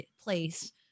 place